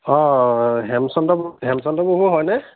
অঁ হেমচন্দ হেমচন্দ প্ৰভু হয়নে